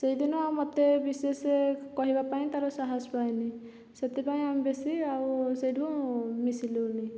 ସେଇ ଦିନ ଆଉ ମୋତେ ବିଶେଷ କହିବା ପାଇଁ ତା ର ସାହସ ପାଏନି ସେଥିପାଇଁ ଆମେ ବେଶି ଆଉ ସେଇଠୁ ମିଶିଲୁନି